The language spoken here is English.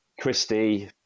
Christie